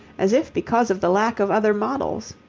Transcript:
as if because of the lack of other models.